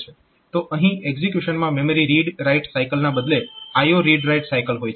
તો અહીં એક્ઝીક્યુશનમાં મેમરી રીડ રાઈટ સાયકલના બદલે IO રીડ રાઈટ સાયકલ હોય છે